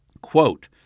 Quote